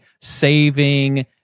saving